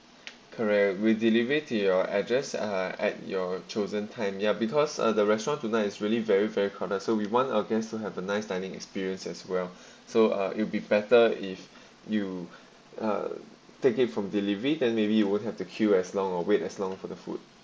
correct will delivery to your address uh at your chosen time ya because uh the restaurant tonight is really very very crowded so we want our guest to have a nice dining experience as well so uh it'll be better if you uh take it from delivery then maybe you won't have to queue as long or wait as long for the food